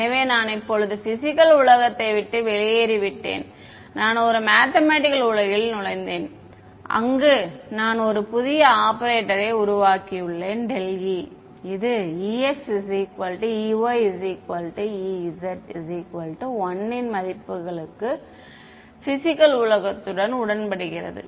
எனவே நான் இப்போது பிசிக்கல் உலகத்தை விட்டு வெளியேறிவிட்டேன் நான் ஒரு மேத்தமெட்டிக்கல் உலகில் நுழைந்தேன் அங்கு நான் ஒரு புதிய ஆபரேட்டரை உருவாக்கியுள்ளேன் ∇e இது ex ey ez 1 இன் மதிப்புகளுக்கு பிசிக்கல் உலகத்துடன் உடன்படுகிறது